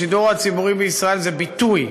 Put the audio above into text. השידור הציבורי בישראל זה ביטוי,